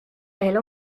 elle